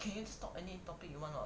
can you talk any topic you want or not